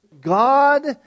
God